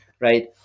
right